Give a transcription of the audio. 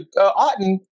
Otten